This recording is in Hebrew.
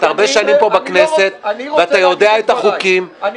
אתה הרבה שנים פה בכנסת ואתה יודע את החוקים -- אני